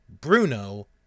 Bruno